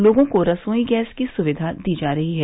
लोगों को रसोई गैस की सुविया दी जा रही है